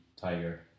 tiger